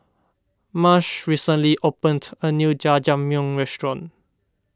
Marsh recently opened a new Jajangmyeon restaurant